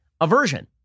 Aversion